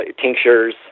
tinctures